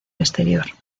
exterior